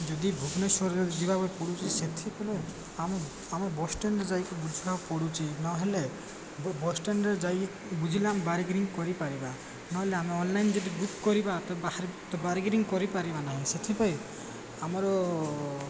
ଯଦି ଭୁବନେଶ୍ୱରରେ ଯିବାକୁ ପଡ଼ୁଛି ସେଥିପାଇଁ ଆମେ ଆମ ବସ୍ ଷ୍ଟାଣ୍ଡରେ ଯାଇକି ବୁଝିବାକୁ ପଡ଼ୁଛି ନହେଲେ ବସ୍ ଷ୍ଟାଣ୍ଡରେ ଯାଇକି ବୁଝିଲା ବାର୍ଗେନିଂ କରିପାରିବା ନହେଲେ ଆମେ ଅନଲାଇନ୍ ଯଦି ବୁକ୍ କରିବା ତ ତ ବାର୍ଗେନିଂ କରିପାରିବା ନାହିଁ ସେଥିପାଇଁ ଆମର